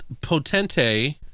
potente